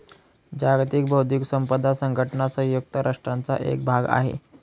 जागतिक बौद्धिक संपदा संघटना संयुक्त राष्ट्रांचा एक भाग आहे